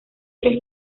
tres